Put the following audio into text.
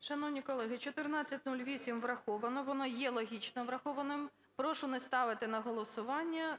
Шановні колеги, 1408 врахована, вона є логічно врахованою. Прошу не ставити на голосування.